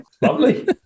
Lovely